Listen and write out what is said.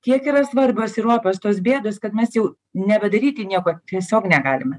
tiek yra svarbios ir opios tos bėdos kad mes jau nebedaryti nieko tiesiog negalime